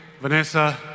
Vanessa